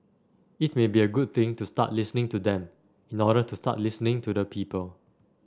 it may be a good thing to start listening to them in order to start listening to the people